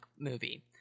movie